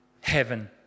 heaven